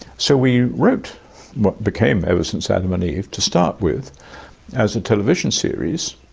so we wrote what became ever since adam and eve to start with as a television series.